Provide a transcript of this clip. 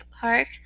Park